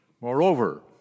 Moreover